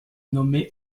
nommé